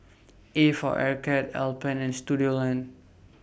A For Arcade Alpen and Studioline